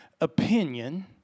opinion